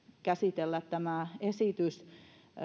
käsitellä tämä esitys